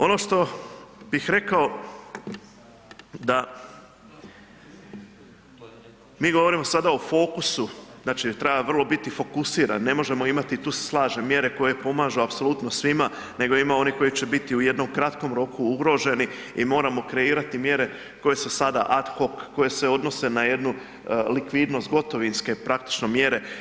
Ono što bih rekao da mi govorimo sada o fokusu, znači treba biti vrlo fokusiran, ne možemo imati i tu se slažem, mjere koje pomažu apsolutno svima nego ima onih koji će biti u jednom kratkom roku ugroženi i moramo kreirati mjere koje su sada ad hoc, koje se odnose na jednu likvidnost gotovinske praktično mjere.